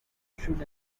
should